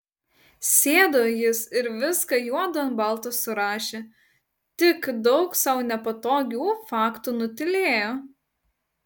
sėdo jis ir viską juodu ant balto surašė tik daug sau nepatogių faktų nutylėjo